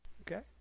Okay